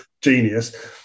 genius